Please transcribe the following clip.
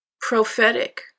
Prophetic